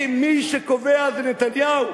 כי מי שקובע זה נתניהו,